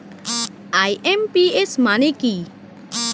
IMPS মানে কি?